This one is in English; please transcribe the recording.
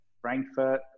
Frankfurt